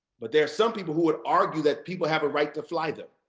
but there are some people who would argue that people have a right to fly them.